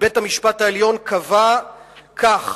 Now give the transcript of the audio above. ובית-המשפט העליון קבע כך: